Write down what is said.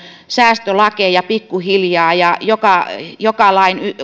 säästölakeja pikkuhiljaa ja joka joka lain